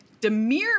Demir